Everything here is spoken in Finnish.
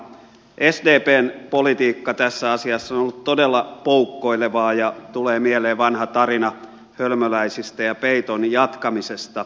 sdpn politiikka tässä asiassa on ollut todella poukkoilevaa ja tulee mieleen vanha tarina hölmöläisistä ja peiton jatkamisesta